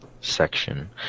section